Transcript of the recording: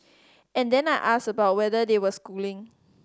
and then I asked about whether they were schooling